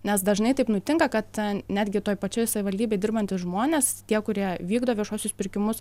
nes dažnai taip nutinka kad netgi toj pačioj savivaldybėj dirbantys žmonės tie kurie vykdo viešuosius pirkimus